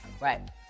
right